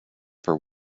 for